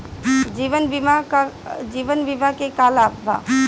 जीवन बीमा के का लाभ बा?